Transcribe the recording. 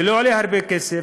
זה לא עולה הרבה כסף.